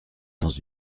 dans